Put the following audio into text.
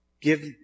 Give